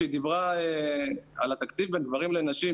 שדיברה על התקציב בין גברים לנשים,